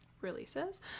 releases